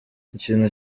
ikintu